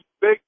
big